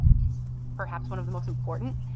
is perhaps one of the most important.